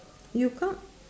you count